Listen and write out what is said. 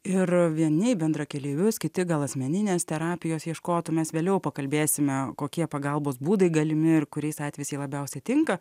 ir vieni į bendrakeleivius kiti gal asmeninės terapijos ieškotų mes vėliau pakalbėsime kokie pagalbos būdai galimi ir kuriais atvejais jie labiausiai tinka